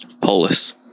Polis